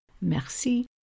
Merci